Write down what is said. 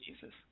Jesus